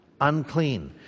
unclean